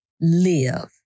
live